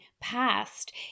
past